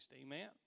Amen